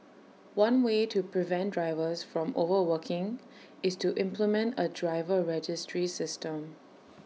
one way to prevent drivers from overworking is to implement A driver registry system